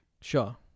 Sure